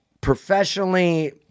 Professionally